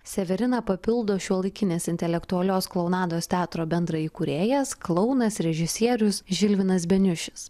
severiną papildo šiuolaikinės intelektualios klounados teatro bendraįkūrėjas klounas režisierius žilvinas beniušis